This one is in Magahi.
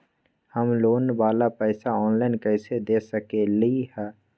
हम लोन वाला पैसा ऑनलाइन कईसे दे सकेलि ह?